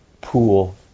pool